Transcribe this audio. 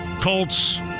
Colts